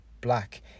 black